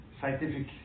Scientific